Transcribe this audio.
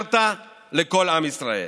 שיקרת לכל עם ישראל.